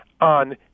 on